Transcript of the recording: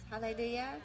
Hallelujah